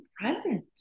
present